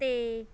ਤੇ